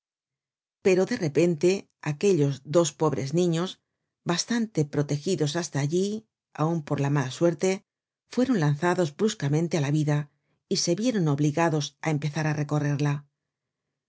pero de repente aquellos dos pobres niños bastante protegidos hasta allí aun por la mala suerte fueron lanzados bruscamente á la vida y se vieron obligados á empezar á recorrerla